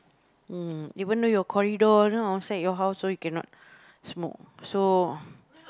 mm even though your corridor you know outside your house also you cannot smoke